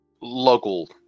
local